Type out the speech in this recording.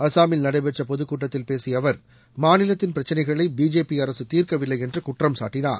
அஸ்ஸாமில் நடைபெற்ற பொதுக் கூட்டத்தில் பேசிய அவர் மாநிலத்தின் பிரச்சினைகளை பிஜேபி அரசு தீர்க்கவில்லை என்று குற்றம்சாட்டினார்